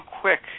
quick